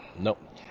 Nope